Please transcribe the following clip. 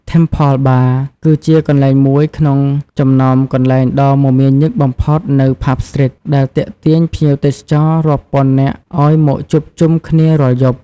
Temple Bar គឺជាកន្លែងមួយក្នុងចំណោមកន្លែងដ៏មមាញឹកបំផុតនៅ ផាប់ ស្ទ្រីត ដែលទាក់ទាញភ្ញៀវទេសចររាប់ពាន់នាក់ឲ្យមកជួបជុំគ្នារាល់យប់។